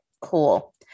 cool